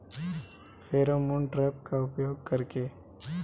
Pheromone trap का उपयोग कर के?